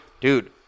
dude